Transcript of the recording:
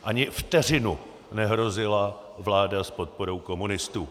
Ani vteřinu nehrozila vláda s podporou komunistů!